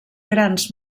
grans